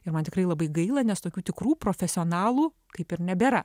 ir man tikrai labai gaila nes tokių tikrų profesionalų kaip ir nebėra